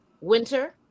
winter